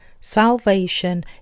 salvation